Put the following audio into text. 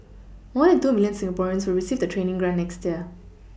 more than two milLion Singaporeans will receive the training grant next year